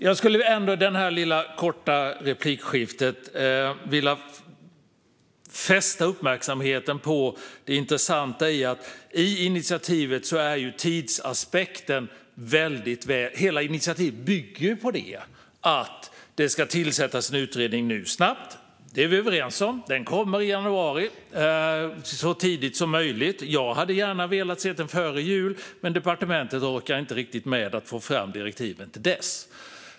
Jag skulle ändå i detta korta replikskifte vilja fästa uppmärksamheten på det intressanta med tidsaspekten i initiativet. Hela initiativet bygger ju på att det nu ska tillsättas en utredning snabbt. Det är vi överens om. Den kommer i januari, så tidigt som möjligt. Jag hade gärna velat se den före jul, men departementet orkar inte riktigt med att få fram direktiven till dess.